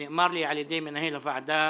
נאמר לי על ידי מנהל הוועדה